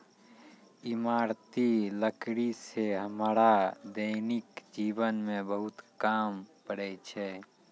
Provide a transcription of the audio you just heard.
इमारती लकड़ी सें हमरा दैनिक जीवन म बहुत काम पड़ै छै